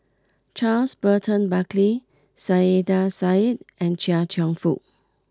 Charles Burton Buckley Saiedah Said and Chia Cheong Fook